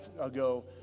ago